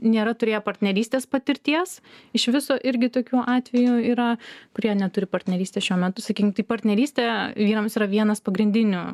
nėra turėję partnerystės patirties iš viso irgi tokių atvejų yra kurie neturi partnerystės šiuo metu sakykim tai partnerystė vyrams yra vienas pagrindinių